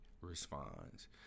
responds